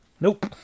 Nope